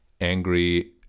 angry